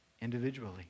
individually